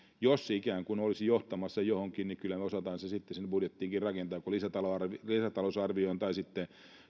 jos se ikään kuin olisi johtamassa johonkin niin kyllä me osaamme sen sitten sinne budjettiinkin rakentaa joko lisätalousarvioon lisätalousarvioon tai sitten